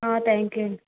thank you అండి